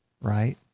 right